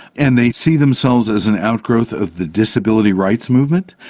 and they see themselves as an outgrowth of the disability rights movement,